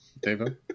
David